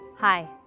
Hi